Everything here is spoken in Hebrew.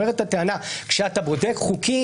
אומרת הטענה שכאשר אתה בודק חוקים,